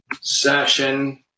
session